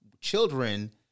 children